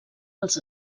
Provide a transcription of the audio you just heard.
els